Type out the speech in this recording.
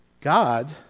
God